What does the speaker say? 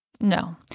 No